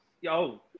Yo